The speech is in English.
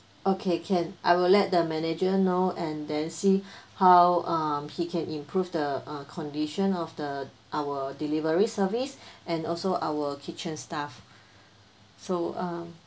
okay can I will let the manager know and then see how um he can improve the uh condition of the our delivery service and also our kitchen staff so uh